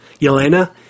Yelena